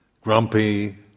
grumpy